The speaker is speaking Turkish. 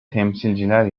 temsilciler